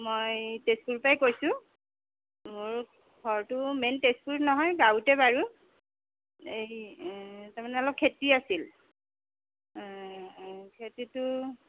মই তেজপুৰ পৰাই কৈছোঁ মোৰ ঘৰটো মেইন তেজপুৰ নহয় গাঁৱতে বাৰু এই এ তাৰমানে অলপ খেতি আছিল খেতিটো